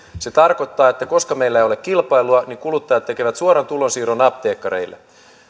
se tarkoittaa että koska meillä ei ole kilpailua niin kuluttajat tekevät suoran tulonsiirron apteekkareille